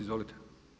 Izvolite.